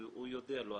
הוא יודיע לו,